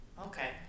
Okay